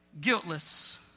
Guiltless